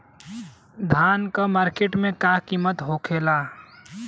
धान क मार्केट में का कीमत होखेला?